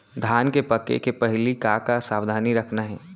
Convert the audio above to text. धान के पके के पहिली का का सावधानी रखना हे?